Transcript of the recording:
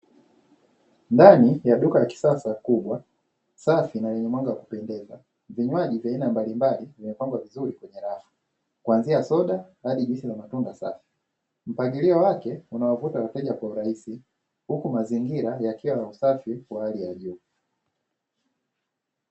Ndani ya duka la kisasa kubwa safi na lenye mwanga wa kupendeza, vinywaji vya aina mbalimbali vimepangwa vizuri kwenye rafu kuanzia soda hadi juisi za matunda safi. Mpangilio wake unawavuta wateja kwa urahisi, huku mazingira yakiwa ya usafi wa hali ya juu.